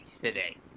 today